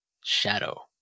Shadow